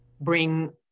bring